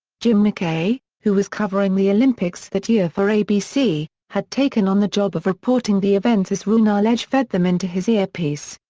jim mckay, who was covering the olympics that year for abc, had taken on the job of reporting the events as roone arledge fed them into his earpiece.